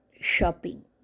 shopping